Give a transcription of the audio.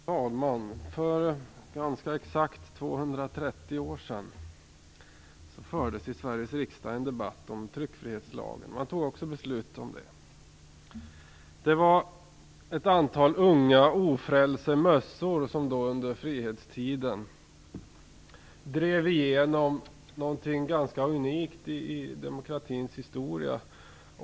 Fru talman! För ganska exakt 230 år sedan fördes i Sveriges riksdag en debatt om tryckfrihetslagen, om vilken man också fattade beslut. Det var ett antal unga ofrälse mössor som under frihetstiden drev igenom någonting ganska unikt i Sveriges historia.